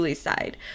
side